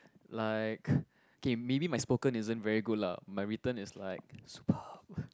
like K maybe my spoken isn't very good lah my written is like superb